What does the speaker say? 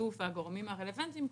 בשיתוף הגורמים הרלוונטיים,